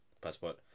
passport